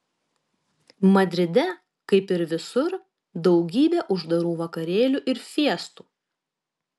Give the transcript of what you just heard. madride kaip ir visur daugybė uždarų vakarėlių ir fiestų